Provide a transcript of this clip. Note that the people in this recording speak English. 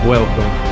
Welcome